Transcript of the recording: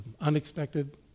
Unexpected